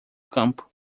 campo